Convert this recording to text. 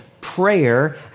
prayer